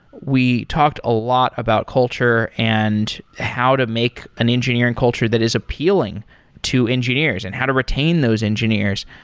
we talked a lot about culture and how to make an engineering culture that is appealing to engineers and how to retain those engineers.